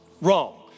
Wrong